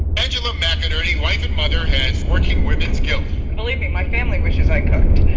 angela mcinerney, wife and mother has working women's skills. and believe me my family wishes i cooked